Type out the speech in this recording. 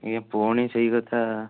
ଆଜ୍ଞା ପୁଣି ସେହି କଥା